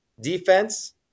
Defense